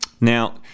Now